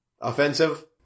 offensive